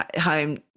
home